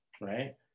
right